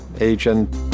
agent